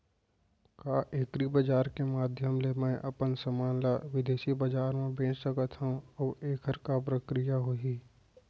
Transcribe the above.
का एग्रीबजार के माधयम ले मैं अपन समान ला बिदेसी बजार मा बेच सकत हव अऊ एखर का प्रक्रिया होही?